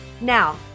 Now